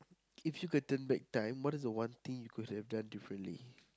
if you could turn back time what is the one thing you could have done differently